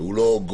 הוא לא גורף,